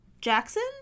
Jackson